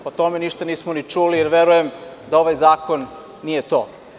O tome danas ništa nismo ni čuli, jer verujem da ovaj zakon nije to.